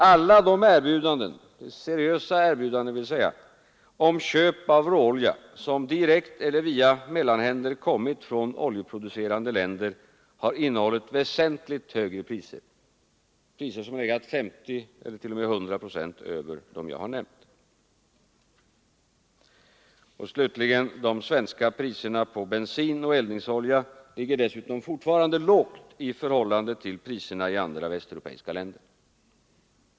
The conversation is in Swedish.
Alla de erbjudanden — dvs. seriösa erbjudanden — om köp av råolja som direkt eller via mellanhänder kommit från oljeproducerande länder har innehållit väsentligt högre priser, priser som har legat 50 eller t.o.m. 100 procent över dem jag har nämnt. De svenska priserna på bensin och eldningsolja ligger dessutom fortfarande lågt i förhållande till priserna i andra västeuropeiska länder.